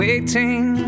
Waiting